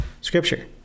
scripture